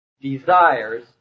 desires